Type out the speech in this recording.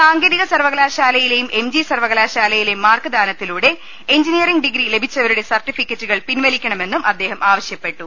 സാങ്കേതിക സർവ്വകലാശാലയിലെയും M G സർവ്വകലാശാലയിലെയും മാർക്ക് ദാനത്തിലൂടെ എഞ്ചിനീ യറിംഗ് ഡിഗ്രി ലഭിച്ചവരുടെ സർട്ടിഫിക്കറ്റുകൾ പിൻവലിക്കണ മെന്നും അദ്ദേഹം ആവശ്യപ്പെട്ടു